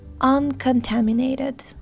uncontaminated